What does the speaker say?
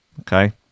Okay